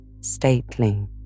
stately